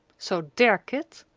so there, kit!